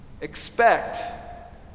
Expect